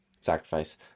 sacrifice